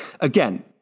again